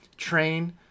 train